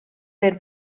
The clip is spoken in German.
der